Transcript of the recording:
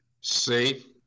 safe